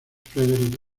frederic